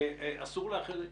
ואסור לאחרים.